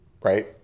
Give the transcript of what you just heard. right